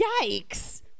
Yikes